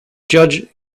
judge